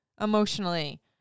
Emotionally